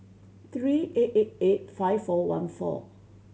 three eight eight eight five four one four